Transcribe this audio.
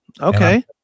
Okay